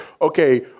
okay